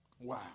Wow